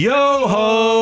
Yo-ho